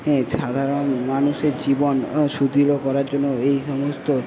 হ্যাঁ সাধারণ মানুষের জীবন সুদৃঢ় করার জন্য এই সমস্ত